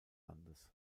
landes